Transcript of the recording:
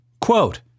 Quote